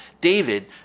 David